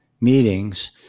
meetings